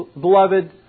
beloved